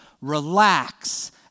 Relax